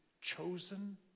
chosen